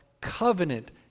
covenant